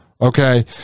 Okay